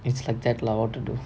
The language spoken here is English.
it's like that lah what to do